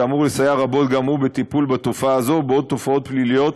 והוא אמור לסייע רבות גם הוא בטיפול בתופעה הזאת ובעוד תופעות פליליות